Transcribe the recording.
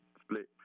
split